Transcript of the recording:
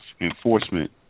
enforcement